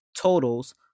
totals